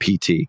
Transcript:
PT